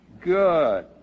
good